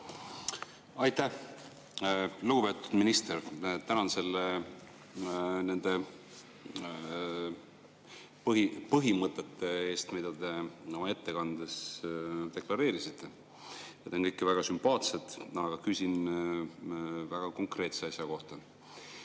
Aitäh! Lugupeetud minister! Tänan nende põhimõtete eest, mida te oma ettekandes deklareerisite, need kõik on väga sümpaatsed. Aga küsin väga konkreetse asja kohta.